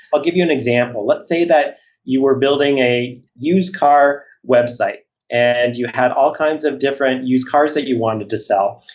i'll give you an example. let's say that you were building a used-car website and you had all kinds of different used cars that you wanted to sell.